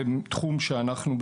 זהו תחום שאנחנו,